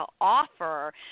offer